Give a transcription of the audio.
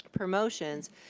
promotions,